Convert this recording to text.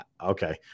Okay